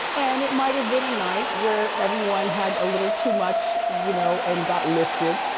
and it might have been a night where everyone had a little too much you know, and got lifted,